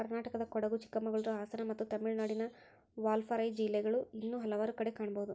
ಕರ್ನಾಟಕದಕೊಡಗು, ಚಿಕ್ಕಮಗಳೂರು, ಹಾಸನ ಮತ್ತು ತಮಿಳುನಾಡಿನ ವಾಲ್ಪಾರೈ ಜಿಲ್ಲೆಗಳು ಇನ್ನೂ ಹಲವಾರು ಕಡೆ ಕಾಣಬಹುದು